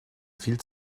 viel